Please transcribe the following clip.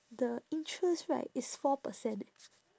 the interest right is four percent eh